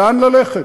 לאן ללכת?